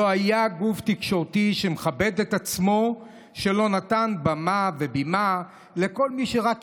תקשורתי שמכבד את עצמו שלא נתן במה ובימה לכל מי שרק